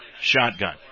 shotgun